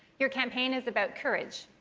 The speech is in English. your campaign is about courage,